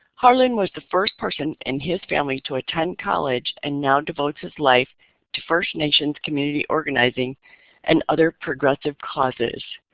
harlan was the first person in his family to attend college and now devotes his life to first nations community organizing and other progressive causes.